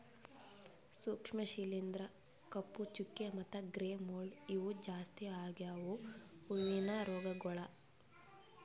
ಸೂಕ್ಷ್ಮ ಶಿಲೀಂಧ್ರ, ಕಪ್ಪು ಚುಕ್ಕಿ ಮತ್ತ ಗ್ರೇ ಮೋಲ್ಡ್ ಇವು ಜಾಸ್ತಿ ಆಗವು ಹೂವಿನ ರೋಗಗೊಳ್